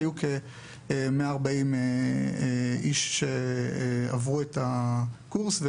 היו כ-140 אנשים שעברו את הקורס,